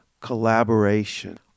collaboration